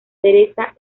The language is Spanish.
teresa